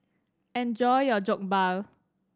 enjoy your Jokbal